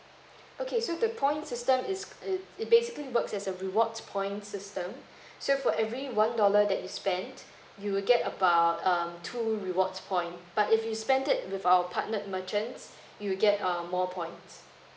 okay so the point system is it it basically works as a rewards points system so for every one dollar that you spent you will get about um two rewards point but if you spend it with our partnered merchants you'll get uh more points